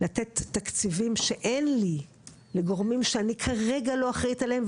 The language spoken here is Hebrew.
לתת תקציבים שאין לי לגורמים שאני כרגע לא אחראית עליהם,